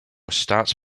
starts